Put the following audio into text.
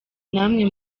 namwe